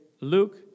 Luke